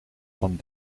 van